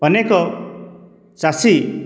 ଅନେକ ଚାଷୀ